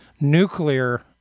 nuclear